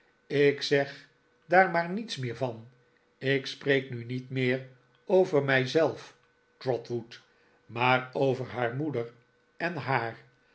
ik zeg daar maar niets meer van ik spreek nu niet meer over mij zelf trotwood maar over haar moeder en haar